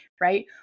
right